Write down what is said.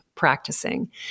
practicing